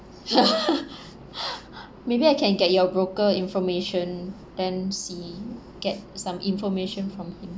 maybe I can get your broker information then see get some information from him